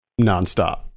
nonstop